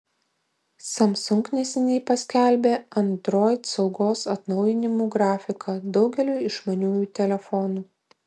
samsung neseniai paskelbė android saugos atnaujinimų grafiką daugeliui išmaniųjų telefonų